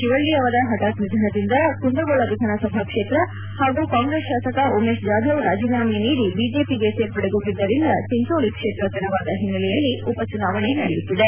ಶಿವಳ್ಳಿ ಅವರ ಹಠಾತ್ ನಿಧನದಿಂದ ಕುಂದಗೋಳ ವಿಧಾನಸಭಾ ಕ್ಷೇತ್ರ ಹಾಗೂ ಕಾಂಗೆಸ್ ಶಾಸಕ ಉಮೇಶ್ ಜಾಧವ್ ರಾಜೀನಾಮೆ ನೀದಿ ಬಿಜೆಪಿಗೆ ಸೇರ್ಪಡೆಗೊಂಡಿದ್ದರಿಂದ ಚಿಂಚೋಳಿ ಕ್ಷೇತ್ರ ತೆರವಾದ ಹಿನ್ನೆಲೆಯಲ್ಲಿ ಉಪಚುನಾವಣೆ ನಡೆಯುತ್ತಿದೆ